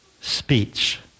speech